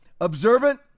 Observant